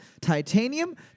Titanium